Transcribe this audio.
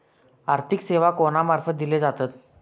आर्थिक सेवा कोणा मार्फत दिले जातत?